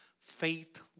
faith